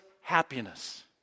happiness